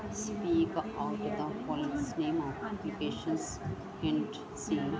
speak out the following name of locations hint C